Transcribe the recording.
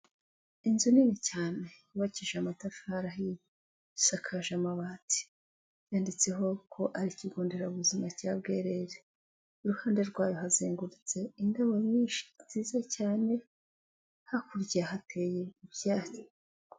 Inzu nini cyane yubakije amatafari ahiye isakaje amabati, yanditseho ko ari ikigo nderabuzima cya Bwerere, iruhande rwayo hazengurutse indabo nyinshi nziza cyane, hakurya hateye ibyatsi.